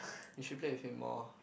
you should play with him more